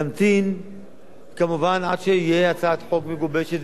להמתין עד שתהיה הצעת חוק מגובשת,